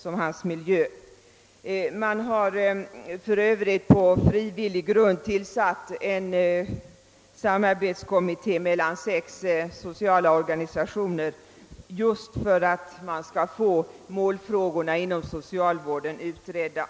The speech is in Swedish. För övrigt har sex sociala organisationer på frivillig grund tillsatt en samarbetskommitté just för att få målfrågorna inom socialvården utredda.